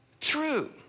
true